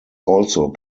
also